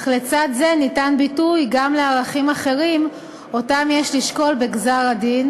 אך לצד זה ניתן ביטוי גם לערכים אחרים שאותם יש לשקול בגזר-הדין,